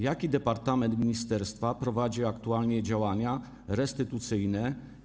Jaki departament ministerstwa prowadzi aktualnie działania restytucyjne?